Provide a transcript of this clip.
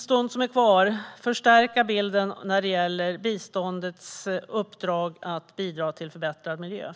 Jag vill förstärka bilden när det gäller biståndets uppdrag att bidra till en förbättrad miljö.